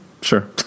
sure